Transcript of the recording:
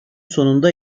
sonunda